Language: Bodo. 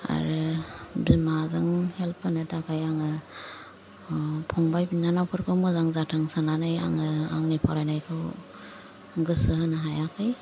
आरो बिमाजों हेल्प होनो थाखाय आङो फंबाइ बिनानावफोरखौ मोजां जाथों साननानै आङो आंनि फरायनायखौ गोसो होनो हायाखै